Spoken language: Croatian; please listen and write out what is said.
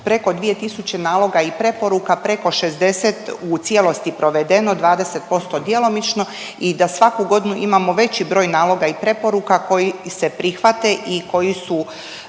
preko 2000 naloga i preporuka, preko 60 u cijelosti provedeno, 20% djelomično i da svaku godinu imamo veći broj naloga i preporuka koji se prihvate i koji su